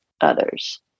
others